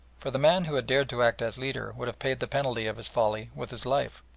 for the man who had dared to act as leader would have paid the penalty of his folly with his life,